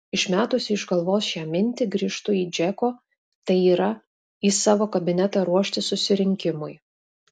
išmetusi iš galvos šią mintį grįžtu į džeko tai yra į savo kabinetą ruoštis susirinkimui